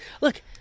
look